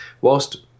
whilst